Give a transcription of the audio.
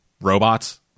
robots